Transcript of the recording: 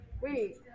Wait